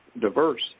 diverse